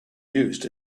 used